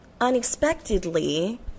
unexpectedly